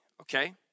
okay